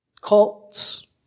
cults